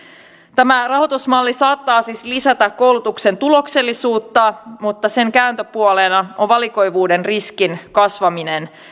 tämä rahoitusmalli saattaa siis lisätä koulutuksen tuloksellisuutta mutta sen kääntöpuolena on valikoivuuden riskin kasvaminen